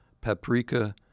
paprika